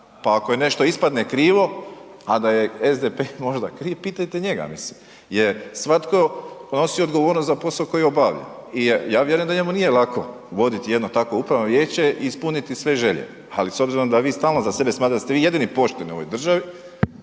pa ako nešto i ispadne krivo, a da je SDP možda kriv, pitajte njega, mislim, jer svako podnosi odgovornost za posao koji obavlja i ja vjerujem da njemu nije lako voditi jedno takvo upravno vijeće i ispuniti sve želje, ali s obzirom da vi stalno za sebe smatrate da ste vi jedini pošteni u ovoj državi,